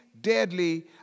deadly